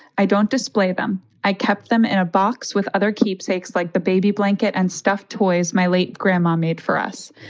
i don't display them, i kept them in a box with other keepsakes like the baby blanket and stuffed toys my late grandma made for us.